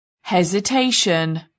Hesitation